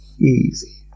Easy